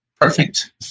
Perfect